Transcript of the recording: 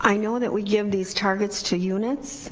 i know that we give these targets to units